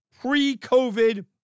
pre-COVID